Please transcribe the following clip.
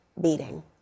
beating